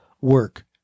work